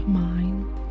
mind